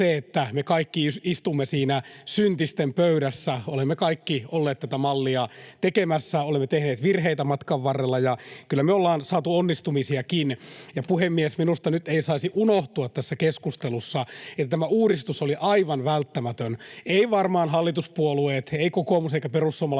että me kaikki istumme siinä syntisten pöydässä. Olemme kaikki olleet tätä mallia tekemässä, olemme tehneet virheitä matkan varrella, ja kyllä me ollaan saatu onnistumisiakin. Puhemies! Minusta nyt ei saisi unohtua tässä keskustelussa, että tämä uudistus oli aivan välttämätön. Eivät varmaan hallituspuolueet, ei kokoomus eivätkä perussuomalaisetkaan,